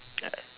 I